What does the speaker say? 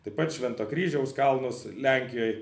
taip pat švento kryžiaus kalnus lenkijoj